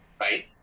right